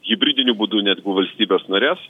hibridiniu būdu net valstybes nares